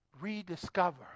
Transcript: Rediscover